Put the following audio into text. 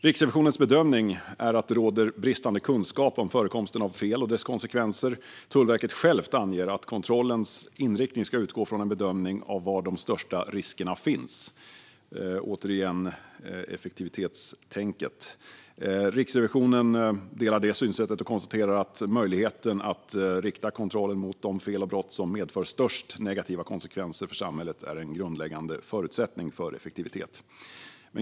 Riksrevisionens bedömning är att det råder bristande kunskap om förekomsten av fel och dess konsekvenser. Tullverket självt anger att kontrollens inriktning ska utgå från en bedömning av var de största riskerna finns. Återigen är det effektivitetstänk. Riksrevisionen delar detta synsätt och konstaterar att möjligheten att rikta kontrollen mot de fel och brott som medför störst negativa konsekvenser för samhället är en grundläggande förutsättning för effektivitet.